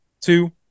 two